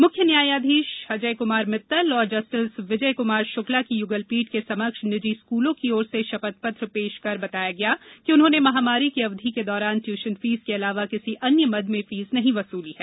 मुख्य न्यायाधीश अजय कुमार मित्तल और जस्टिस विजय कुमार शुक्ला की युगलपीठ के समक्ष निजी स्कूलों की ओर से शपथपत्र पेश कर बताया गया कि उन्होंने महामारी की अवधि के दौरान ट्यूशन फीस के अलावा किसी अन्य मद में फीस नहीं वसूली है